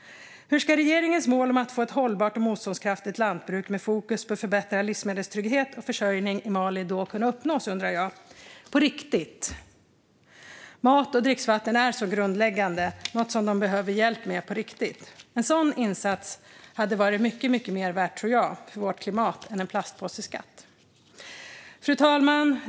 Hur ska regeringens mål om att få ett hållbart och motståndskraftigt lantbruk med fokus på förbättrad livsmedelstrygghet och försörjning i Mali kunna uppnås på riktigt? Mat och dricksvatten är grundläggande och något som de behöver hjälp med på riktigt. En sådan insats tror jag hade varit mycket mer värd för vårt klimat än en plastpåseskatt. Fru talman!